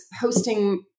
hosting